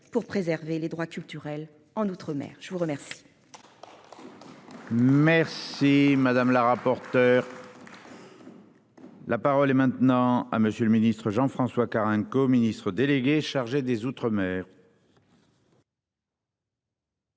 pour préserver les droits culturels en outre- mer je vous remercie. Merci madame la rapporteure. La parole est maintenant à Monsieur le Ministre, Jean-François Carenco, ministre délégué chargé des Outre-mer.